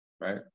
right